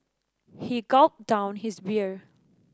he gulped down his beer